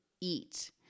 eat